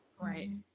Right